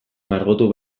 margotu